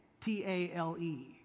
T-A-L-E